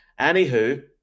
anywho